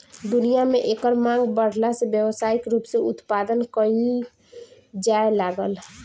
दुनिया में एकर मांग बाढ़ला से व्यावसायिक रूप से उत्पदान कईल जाए लागल